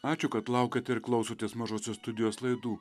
ačiū kad laukiat ir klausotės mažosios studijos laidų